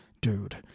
dude